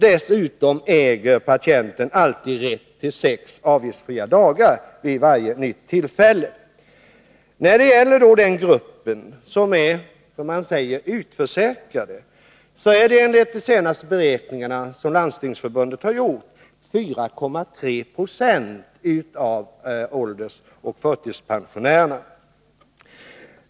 Dessutom äger patienten alltid rätt till sex avgiftsfria dagar vid varje nytt tillfälle. Den grupp som är, som man säger, utförsäkrad utgör enligt de senaste beräkningarna som Landstingsförbundet har gjort 4,3 20 av åldersoch förtidspensionärerna.